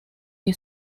que